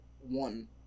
one